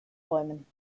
bäumen